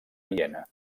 viena